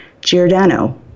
Giordano